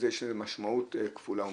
יש לזה משמעות כפולה ומכופלת.